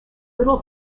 little